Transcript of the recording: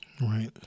Right